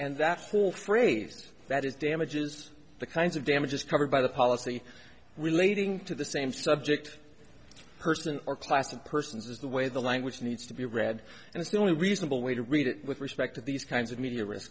and that's cool phrased that is damages the kinds of damages covered by the policy relating to the same subject person or class of persons is the way the language needs to be read and it's the only reasonable way to read it with respect to these kinds of media ri